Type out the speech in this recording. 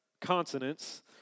consonants